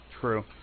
True